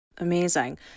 Amazing